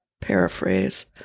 paraphrase